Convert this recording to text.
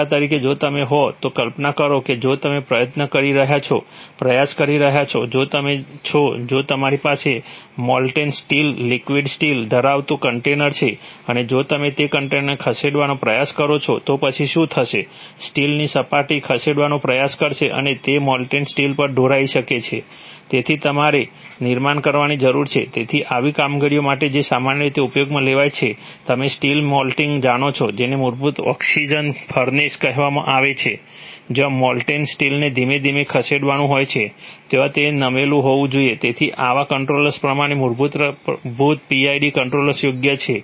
દાખલા તરીકે જો તમે હો તો કલ્પના કરો કે જો તમે પ્રયત્ન કરી રહ્યા છો પ્રયાસ કરી રહ્યા છો જો તમે છો જો તમારી પાસે મોલ્ટેન સ્ટીલ કહેવામાં આવે છે જ્યાં મોલ્ટેન સ્ટીલને ધીમે ધીમે ખસેડવાનું હોય છે ત્યાં તે નમેલું હોવું જોઈએ તેથી આવા કંટ્રોલર્સ માટે પ્રમાણભૂત PID કંટ્રોલર યોગ્ય છે